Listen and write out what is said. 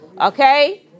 Okay